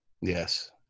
Yes